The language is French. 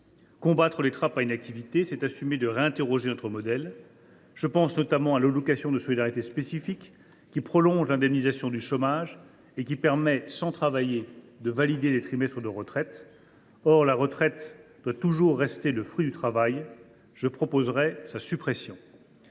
Combattre les trappes à inactivité, c’est assumer de réinterroger notre modèle. Je pense notamment à l’allocation de solidarité spécifique (ASS), qui prolonge l’indemnisation du chômage et qui permet, sans travailler, de valider des trimestres de retraite. Or la retraite doit toujours rester le fruit du travail. Je proposerai la suppression